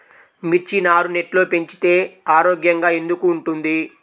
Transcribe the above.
మిర్చి నారు నెట్లో పెంచితే ఆరోగ్యంగా ఎందుకు ఉంటుంది?